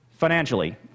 Financially